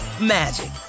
magic